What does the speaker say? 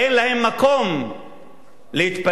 אין להם מקום להתפלל,